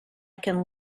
can